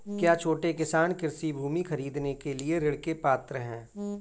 क्या छोटे किसान कृषि भूमि खरीदने के लिए ऋण के पात्र हैं?